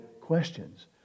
questions